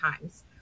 times